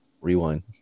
rewind